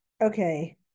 Okay